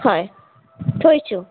হয় থৈছোঁ